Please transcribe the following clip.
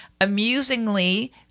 Amusingly